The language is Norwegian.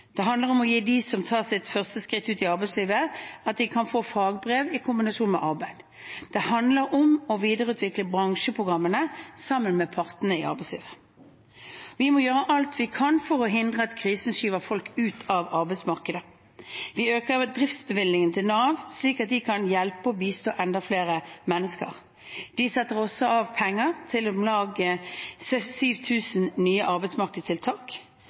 Det handler om å gi dem som tar sitt første skritt ut i arbeidslivet, muligheten til å få fagbrev i kombinasjon med arbeid. Det handler om å videreutvikle bransjeprogrammene sammen med partene i arbeidslivet. Vi må gjøre alt vi kan for å hindre at krisen skyver folk ut av arbeidsmarkedet. Vi øker bedriftsbevilgningen til Nav, slik at de kan hjelpe og bistå enda flere mennesker. De setter også av penger til om lag 7 000 nye arbeidsmarkedstiltak,